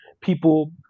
people